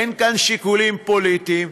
אין כאן שיקולים פוליטיים,